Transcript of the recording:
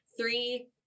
three